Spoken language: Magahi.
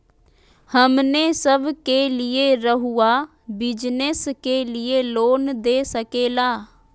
हमने सब के लिए रहुआ बिजनेस के लिए लोन दे सके ला?